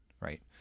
right